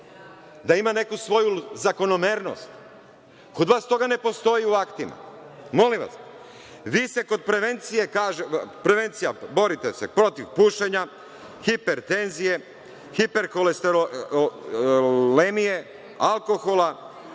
da ima neku svoju zakonomernost. Kod vas to ne postoji u aktima. Molim vas, vi se kod prevencije, kažete, borite protiv pušenja, hipertenzije, hiperlosterolemije, alkohola,